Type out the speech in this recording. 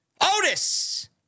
Otis